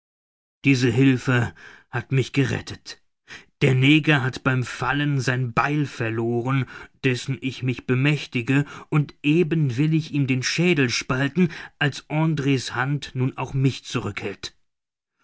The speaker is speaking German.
diese hilfe hat mich gerettet der neger hat beim fallen sein beil verloren dessen ich mich bemächtige und eben will ich ihm den schädel spalten als andr's hand nun auch mich zurückhält